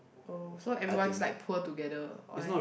oh so everyone is like poor together or like